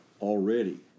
already